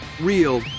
real